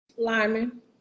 Lyman